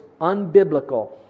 unbiblical